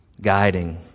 guiding